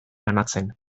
banatzen